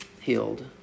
healed